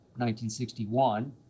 1961